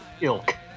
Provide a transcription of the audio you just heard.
ilk